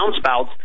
downspouts